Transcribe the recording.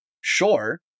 sure